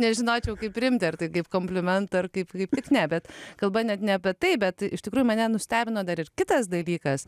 nežinočiau kaip priimti ar tai kaip komplimentą ar kaip kaip ne bet kalba net nebe taip bet iš tikrųjų mane nustebino dar ir kitas dalykas